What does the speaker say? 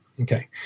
Okay